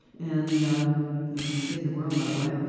and you can see the world that way.